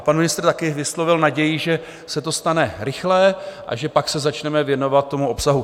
Pan ministr taky vyslovil naději, že se to stane rychle a že pak se začneme věnovat tomu obsahu.